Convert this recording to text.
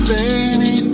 Baby